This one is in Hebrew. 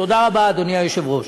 תודה רבה, אדוני היושב-ראש.